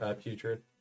putrid